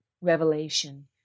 Revelation